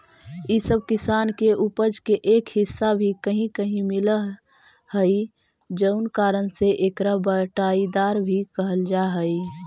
इ सब किसान के उपज के एक हिस्सा भी कहीं कहीं मिलऽ हइ जउन कारण से एकरा बँटाईदार भी कहल जा हइ